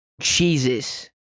Jesus